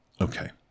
Okay